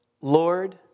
Lord